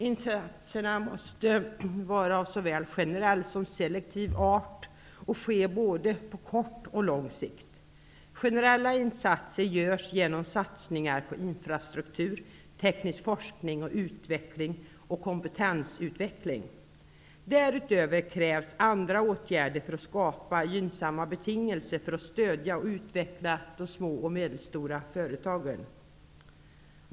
Insatserna måste vara av såväl generell som selektiv art och ske både på kort och på lång sikt. Generella insatser görs genom satsningar på infrastruktur, teknisk forskning och utveckling samt kompetensutveckling. Därutöver krävs andra åtgärder för att skapa gynnsamma betingelser för att stödja och utveckla de små och medelstora företagen.